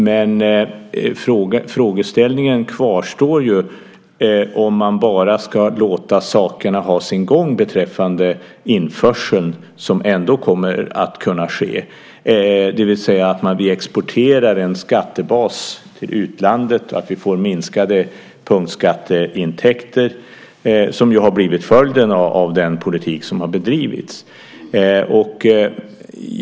Men frågeställningen kvarstår om man bara ska låta sakerna ha sin gång beträffande införseln som ändå kommer att kunna ske, det vill säga att vi exporterar en skattebas till utlandet, att vi får minskade punktskatteintäkter, som nu har blivit följden av den politik som har bedrivits.